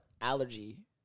allergy